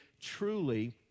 truly